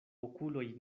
okuloj